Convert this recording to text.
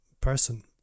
person